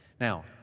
Now